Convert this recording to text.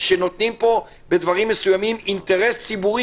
שנותנים פה בדברים מסוימים אינטרס ציבורי